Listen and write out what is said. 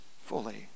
fully